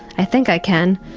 i think i can,